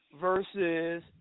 versus